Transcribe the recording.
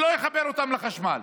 שלא יחבר אותם לחשמל.